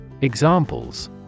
Examples